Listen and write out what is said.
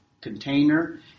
container